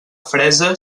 fresa